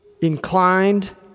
inclined